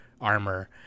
armor